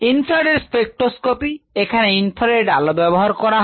infrared spectroscopy এখানে infrared আলো ব্যবহার করা হয়